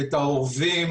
למיטב הבנתי,